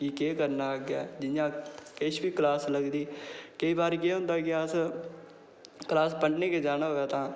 कि केह् करना अग्गें जि'यां किश बी क्लास लगदी केईं बारी केह् होंदा कि अस क्लास पढ़ने गी जाना होऐ तां